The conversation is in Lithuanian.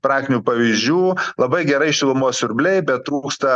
praktinių pavyzdžių labai gerai šilumos siurbliai bet trūksta